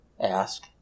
Ask